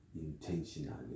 intentionally